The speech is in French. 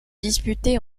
disputée